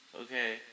Okay